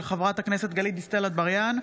של חברת הכנסת גלית דיסטל אטבריאן,